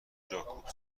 جاکوب